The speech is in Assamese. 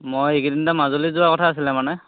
মই এইকেইদিনতে মাজুলী যোৱা কথা আছিলে মানে